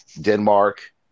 Denmark